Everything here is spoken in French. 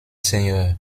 seigneurs